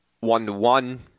one-to-one